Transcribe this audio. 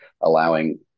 allowing